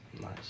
Nice